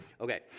okay